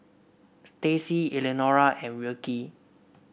Stacie Elenora and Wilkie